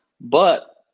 But-